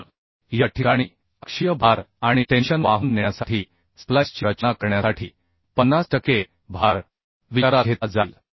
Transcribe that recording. तर या ठिकाणी अक्षीय भार आणि टेन्शन वाहून नेण्यासाठी स्प्लाइसची रचना करण्यासाठी 50 टक्के भार विचारात घेतला जाईल